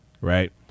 Right